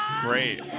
Great